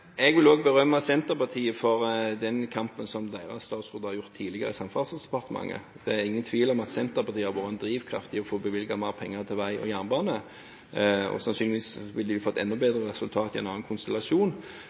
Jeg vil også berømme Senterpartiet for den kampen deres statsråd har ført tidligere i Samferdselsdepartementet. Det er ingen tvil om at Senterpartiet har vært en drivkraft for å få bevilget mer penger til vei og jernbane, og sannsynligvis ville de fått enda